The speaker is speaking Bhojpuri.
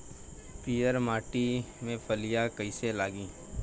पीयर माटी में फलियां कइसे लागी?